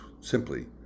simply